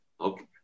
Okay